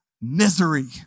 Misery